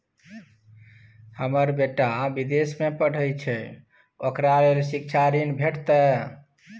हमर बेटा विदेश में पढै छै ओकरा ले शिक्षा ऋण भेटतै?